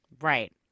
Right